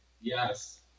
Yes